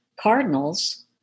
Cardinals